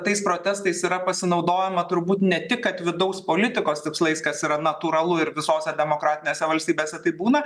tais protestais yra pasinaudojama turbūt ne tik kad vidaus politikos tikslais kas yra natūralu ir visose demokratinėse valstybėse taip būna